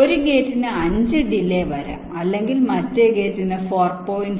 ഒരു ഗേറ്റിന് 5 ഡിലെ വരാം അല്ലെങ്കിൽ മറ്റേ ഗേറ്റിന് 4